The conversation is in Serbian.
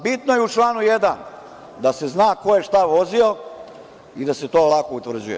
Bitna je u članu 1. da se zna ko je šta vozio i da se to lako utvrđuje.